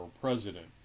president